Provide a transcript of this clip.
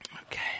Okay